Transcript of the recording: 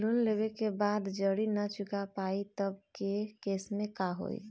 Loan लेवे के बाद जड़ी ना चुका पाएं तब के केसमे का होई?